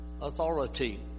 authority